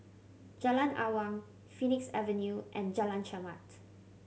Jalan Awang Phoenix Avenue and Jalan Chermat